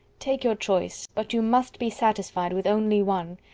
take your choice, but you must be satisfied with only one.